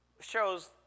shows